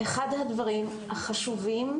אחד הדברים החשובים,